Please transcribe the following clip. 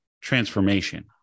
transformation